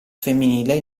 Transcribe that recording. femminile